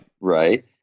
Right